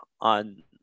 on